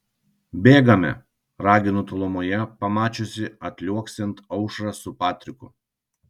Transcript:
bėgame raginu tolumoje pamačiusi atliuoksint aušrą su patriku